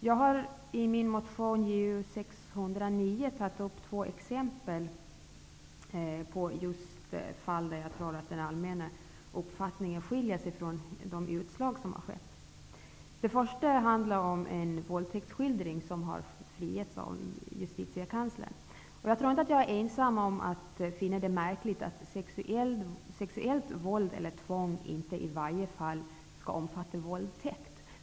Jag har i motion Ju609 tagit upp två exempel på fall där jag tror att den allmänna uppfattningen skiljer sig från de utslag som har kommit till stånd. Det första exemplet gäller en våldtäktsskildring som har friats av justitiekanslern. Jag tror inte att jag är ensam om att finna det märkligt att sexuellt våld eller tvång inte i varje fall skall omfattas av våldtäkt.